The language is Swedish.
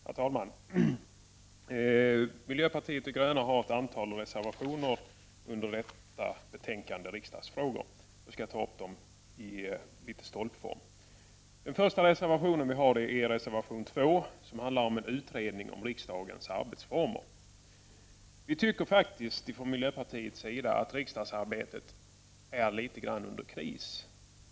Herr talman! Miljöpartiet de gröna har ett antal reservationer under detta betänkande Riksdagsfrågor. Jag skall ta upp dem i litet stolpform. Den första reservationen vi har är reservation 2, som handlar om en utredning om riksdagens arbetsformer. Vi tycker faktiskt ifrån miljöpartiets sida att riksdagsarbetet är litet grand under kris.